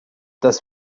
das